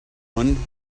one